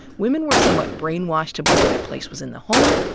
women were somewhat brainwashed to believe their place was in the home,